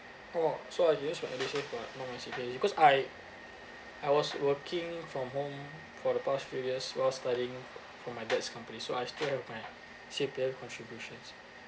oh so I use my C_P_F my account my C_P_F because I I was working from home for the past few years while studying for my dad's company so I still have my C_P_F contributions